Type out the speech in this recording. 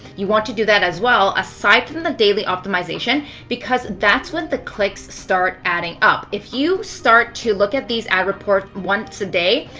you want to do that as well aside from the daily optimization because that's when the clicks start adding up. if you start to look at these ad reports once a day,